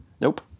Nope